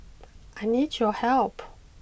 I need your help